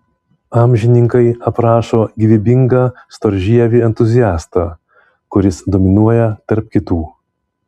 amžininkai aprašo gyvybingą storžievį entuziastą kuris dominuoja tarp kitų